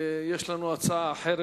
יש לנו הצעה אחרת,